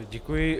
Děkuji.